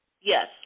Yes